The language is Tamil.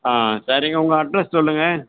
ஆ சரிங்க உங்கள் அட்ரெஸ் சொல்லுங்கள்